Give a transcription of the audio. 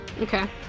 Okay